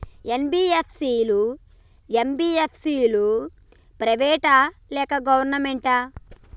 NBFC లు, MBFC లు private ఆ లేకపోతే గవర్నమెంటా?